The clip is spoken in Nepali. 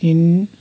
तिन